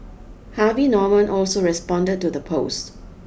Harvey Norman also responded to the post